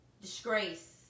Disgrace